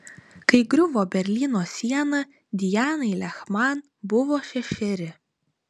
kai griuvo berlyno siena dianai lehman buvo šešeri